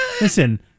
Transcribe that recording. listen